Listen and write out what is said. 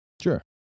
Sure